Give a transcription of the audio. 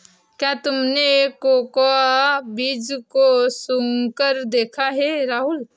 क्या तुमने कोकोआ बीज को सुंघकर देखा है राहुल?